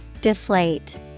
Deflate